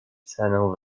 cenę